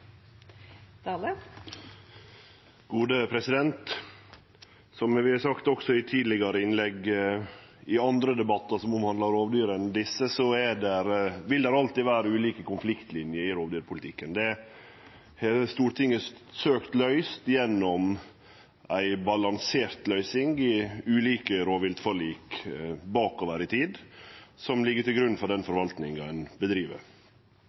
Som vi har sagt også i tidlegare innlegg i andre debattar som omhandlar rovdyr enn desse, vil det alltid vere ulike konfliktlinjer i rovdyrpolitikken. Det har Stortinget søkt løyst gjennom ei balansert løysing i ulike rovviltforlik bakover i tid, og som ligg til grunn for den forvaltinga ein